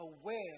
aware